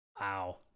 Wow